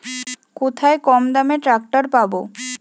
কোথায় কমদামে ট্রাকটার পাব?